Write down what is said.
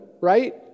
right